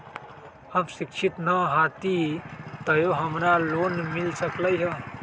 हम शिक्षित न हाति तयो हमरा लोन मिल सकलई ह?